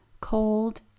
cold